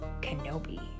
Kenobi